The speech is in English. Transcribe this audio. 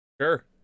Sure